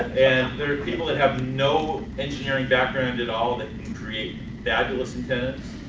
and there are people that have no engineering background at all that can create fabulous antennas,